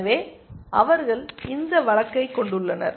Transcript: எனவே அவர்கள் இந்த வழக்கை கொண்டுள்ளனர்